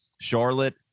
Charlotte